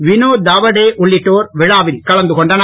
விநோத் தவாடே உள்ளிட்டோர் விழாவில் கலந்து கொண்டனர்